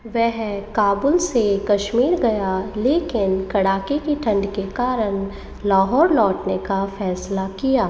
वह काबुल से कश्मीर गया लेकिन कड़ाके की ठंड के कारण लाहौर लौटने का फैसला किया